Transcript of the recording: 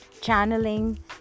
channeling